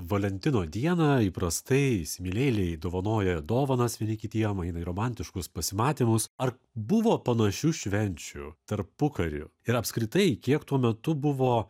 valentino dieną įprastai įsimylėjėliai dovanoja dovanas vieni kitiem eina į romantiškus pasimatymus ar buvo panašių švenčių tarpukariu ir apskritai kiek tuo metu buvo